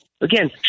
again